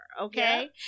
okay